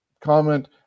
comment